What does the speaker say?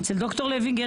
אצל ד"ר לוינגר,